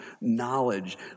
knowledge